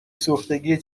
سوختگی